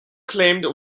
claimed